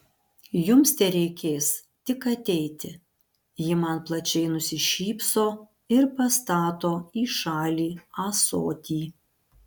jums tereikės tik ateiti ji man plačiai nusišypso ir pastato į šalį ąsotį